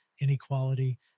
inequality